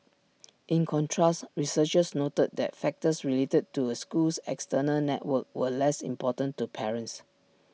in contrast researchers noted that factors related to A school's external network were less important to parents